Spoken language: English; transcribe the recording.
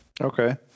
Okay